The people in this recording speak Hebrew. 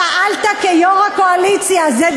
פעלת כיו"ר הקואליציה הזאת.